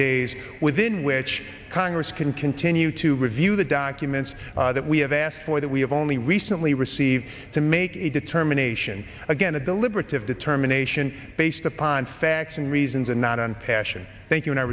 days within which congress can continue to review the documents that we have asked for that we have only recently received to make a determination again a deliberative determination based upon facts and reasons and not on passion thank you and i